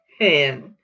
hand